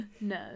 no